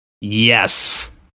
Yes